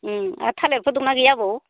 उम आर थालेरफोर दं ना गैया आबौ